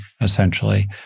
essentially